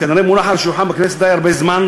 כנראה מונח על שולחן הכנסת די הרבה זמן,